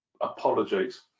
Apologies